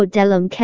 Dalam